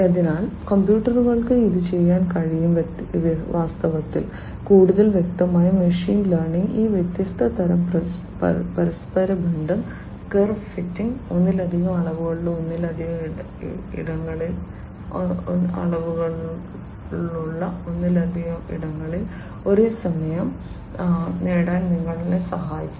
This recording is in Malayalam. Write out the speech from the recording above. അതിനാൽ കമ്പ്യൂട്ടറുകൾക്ക് ഇത് ചെയ്യാൻ കഴിയും വാസ്തവത്തിൽ കൂടുതൽ വ്യക്തമായി മെഷീൻ ലേണിംഗ് ഈ വ്യത്യസ്ത തരം പരസ്പരബന്ധം കർവ് ഫിറ്റിംഗ് ഒന്നിലധികം അളവുകളുള്ള ഒന്നിലധികം ഇടങ്ങളിൽ ഒരേ സമയം നേടാൻ നിങ്ങളെ സഹായിക്കും